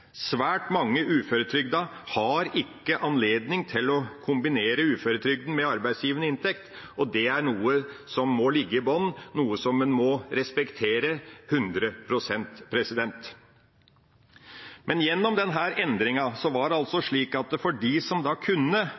Svært mange uføretrygdede har ikke anledning til å kombinere uføretrygden med arbeidsgivende inntekt, og det er noe som må ligge i bunnen, og som en må respektere 100 pst. Gjennom denne endringa ville de som kunne ha en viss arbeidsgivende inntekt, komme i den situasjonen at